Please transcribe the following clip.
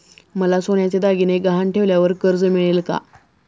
मला सोन्याचे दागिने गहाण ठेवल्यावर कर्ज मिळेल का?